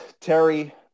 Terry